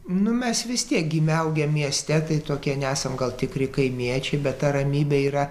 nu mes vis tiek gimę augę mieste tai tokie nesam gal tikri kaimiečiai bet ta ramybė yra